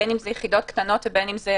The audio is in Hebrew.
בין אם אלה יחידות קטנות ובין אם אלה